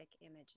images